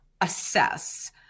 assess